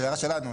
הערה שלנו,